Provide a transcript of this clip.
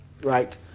Right